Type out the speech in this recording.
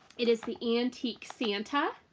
it is the antique santa.